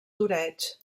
toreig